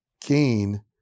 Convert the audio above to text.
gain